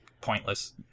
pointless